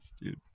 dude